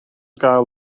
gael